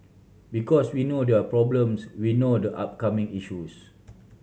because we know their problems we know the upcoming issues